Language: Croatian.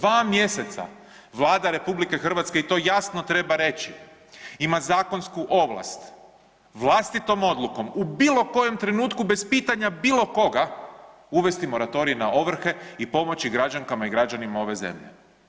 2 mjeseca Vlada RH, i to jasno treba reći, ima zakonsku ovlast, vlastitom odlukom u bilo kojem trenutku bez pitanja bilo koga uvesti moratorij na ovrhe i pomoći građankama i građanima ove zemlje.